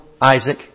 Isaac